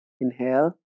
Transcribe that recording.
Inhale